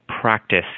practice